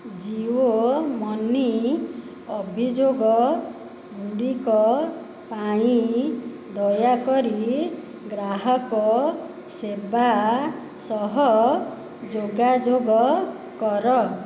ଜିଓ ମନି ଅଭିଯୋଗ ଗୁଡ଼ିକ ପାଇଁ ଦୟାକରି ଗ୍ରାହକ ସେବା ସହ ଯୋଗାଯୋଗ କର